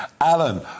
Alan